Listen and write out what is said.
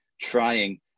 trying